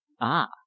Ah